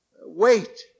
Wait